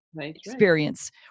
experience